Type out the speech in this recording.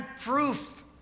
proof